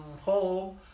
home